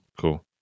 cool